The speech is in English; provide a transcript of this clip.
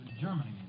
Germany